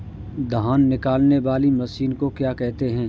धान निकालने वाली मशीन को क्या कहते हैं?